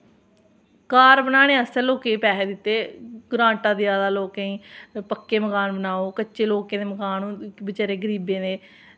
घर बनानै आस्तै लोकें गी पैसे दित्ते ग्रांटां देआ दा लोकें गी पक्के मकान बनाओ कच्चे लोकें दे मकान बचैरे गरीबें दे